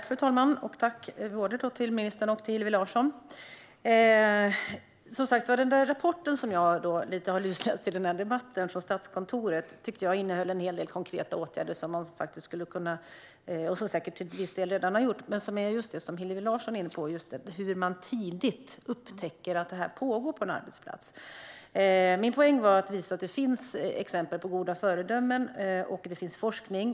Fru talman! Jag tackar både ministern och Hillevi Larsson. Den rapport från Statskontoret som jag har lusläst inför debatten tycker jag innehöll en hel del konkreta åtgärder, som säkert till viss del redan har vidtagits. De handlar om just det Hillevi Larsson var inne på, nämligen hur man tidigt upptäcker att detta pågår på en arbetsplats. Min poäng var att visa att det finns exempel på goda föredömen och att det finns forskning.